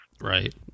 Right